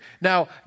Now